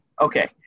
Okay